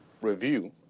review